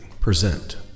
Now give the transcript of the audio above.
present